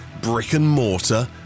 brick-and-mortar